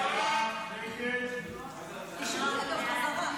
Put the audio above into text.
ההצעה להעביר